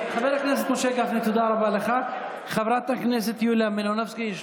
תודה רבה, חבר הכנסת משה גפני.